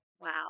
Wow